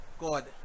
God